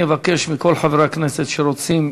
אבקש מכל חברי הכנסת שרוצים